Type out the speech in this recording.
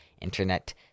internet